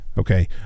Okay